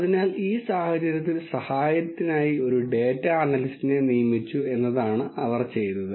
അതിനാൽ ഈ സാഹചര്യത്തിൽ സഹായത്തിനായി ഒരു ഡാറ്റ അനലിസ്റ്റിനെ നിയമിച്ചു എന്നതാണ് അവർ ചെയ്തത്